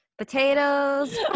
Potatoes